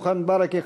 מוחמד ברכה,